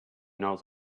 knows